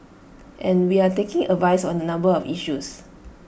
and we're taking advice on A number of issues